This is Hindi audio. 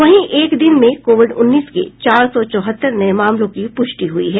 वहीं एक दिन में कोविड उन्नीस के चार सौ चौहत्तर नये मामलों की पुष्टि हुई है